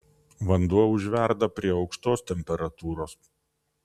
vanduo užverda prie aukštos temperatūros